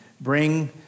bring